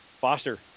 Foster